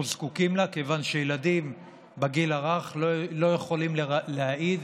אנחנו זקוקים לה כיוון שילדים בגיל הרך לא יכולים להעיד,